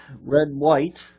red-white